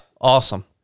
Awesome